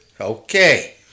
Okay